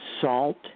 salt